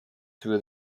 through